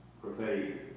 prophetic